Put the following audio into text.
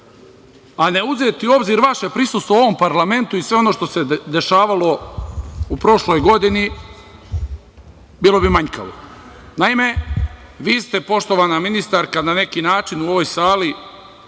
a ne uzeti u obzir vaše prisustvo u ovom parlamentu i sve ono što se dešavalo u prošloj godini, bilo bi manjkavo. Naime, vi ste, poštovana ministarka, na neki način u ovoj sali